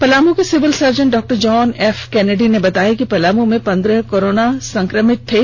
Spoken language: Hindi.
पलामू के सिविल सर्जन डॉ जॉन एफ केनेडी ने बताया कि पलाम में पंद्रह कोरोना संक्रमित मरीज थे